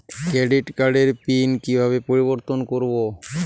Credit কার্ডের pin কিভাবে পরিবর্তন করবো?